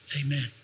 Amen